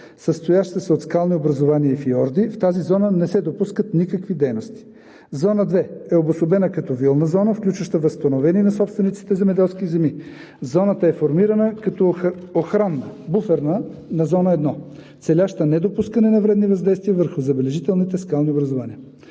състояща се от скални образувания и фиорди – в тази зона не се допускат никакви дейности; Зона 2 е обособена като вилна зона, включваща възстановени на собствениците земеделски земи. Зоната е формирана като буферна на Зона 1, целяща недопускане на вредни въздействия върху забележителните скални образувания.